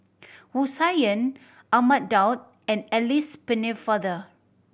Wu Tsai Yen Ahmad Daud and Alice Pennefather